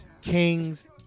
King's